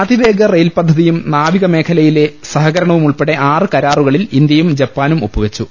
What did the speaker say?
അതിവേഗ റെയിൽ പദ്ധതിയും നാവികമേഖലയിലെ സഹക രണവും ഉൾപ്പെടെ ആറ് കരാറുകളിൽ ഇന്ത്യയും ജപ്പാനും ഒപ്പു വെച്ചു